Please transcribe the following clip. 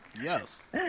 Yes